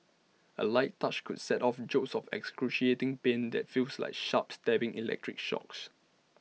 A light touch could set off jolts of excruciating pain that feels like sharp stabbing electric shocks